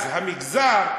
אז המגזר,